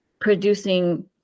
producing